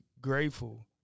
grateful